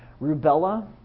Rubella